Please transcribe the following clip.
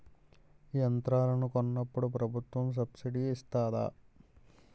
యంత్రాలను కొన్నప్పుడు ప్రభుత్వం సబ్ స్సిడీ ఇస్తాధా?